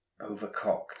overcocked